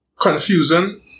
confusing